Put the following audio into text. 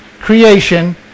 creation